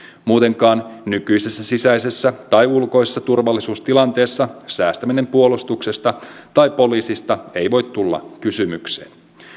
muutenkaan nykyisessä sisäisessä tai ulkoisessa turvallisuustilanteessa säästäminen puolustuksesta tai poliisista ei voi tulla kysymykseen